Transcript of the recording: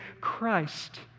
Christ